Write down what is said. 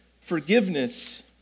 forgiveness